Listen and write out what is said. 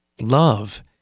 Love